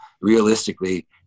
Realistically